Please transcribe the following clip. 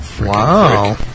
Wow